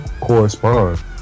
correspond